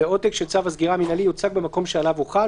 ועותק של צו הסגירה המינהלי יוצג במקום שעליו הוא חל,